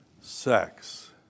sex